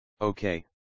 Okay